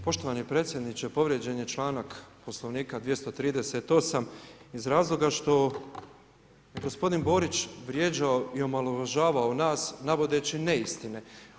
Poštovani predsjedniče, povrijeđen je članak Poslovnika 238. iz razloga što je gospodin Borić vrijeđao i omalovažavao nas navodeći neistine.